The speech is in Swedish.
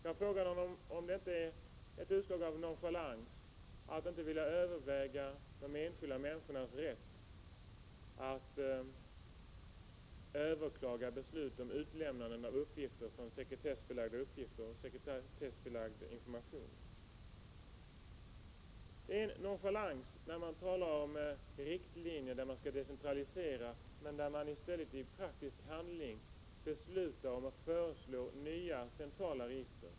Jag frågade honom om det inte är ett utslag av nonchalans att inte vilja överväga de enskilda människornas rätt att överklaga beslut om utlämnande av uppgifter om sekretessbelagd information. Det är nonchalans när man talar om riktlinjer för decentralisering men i stället i praktisk handling beslutar om att föreslå nya centrala register.